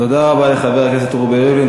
תודה רבה לחבר הכנסת רובי ריבלין.